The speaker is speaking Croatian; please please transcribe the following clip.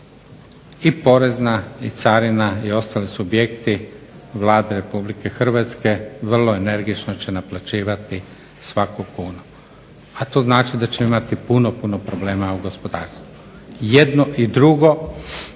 i porezna i carina i ostali subjekti Vlade Republike Hrvatske vrlo energično će naplaćivati svaku kunu, a to znači da ćemo imati puno, puno problema u gospodarstvu. Jedno i drugo,